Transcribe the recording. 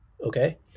okay